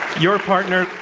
your partner,